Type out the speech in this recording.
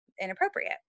inappropriate